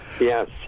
Yes